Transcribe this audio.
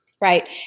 Right